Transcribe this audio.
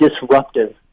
disruptive